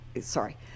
sorry